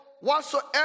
whatsoever